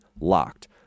locked